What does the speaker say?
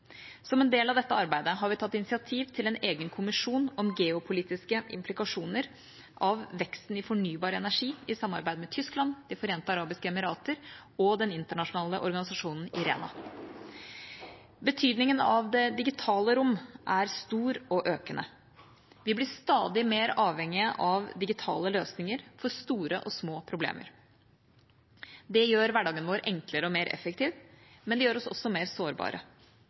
Som en del av dette arbeidet har vi tatt initiativ til en egen kommisjon om geopolitiske implikasjoner av veksten i fornybar energi, i samarbeid med Tyskland, De forente arabiske emirater og den internasjonale organisasjonen IRENA. Betydningen av det digitale rom er stor og økende. Vi blir stadig mer avhengige av digitale løsninger for store og små problemer. Det gjør hverdagen vår enklere og mer effektiv, men det gjør oss også mer sårbare.